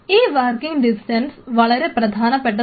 ഈ working distance വളരെ പ്രധാനപ്പെട്ടതാണ്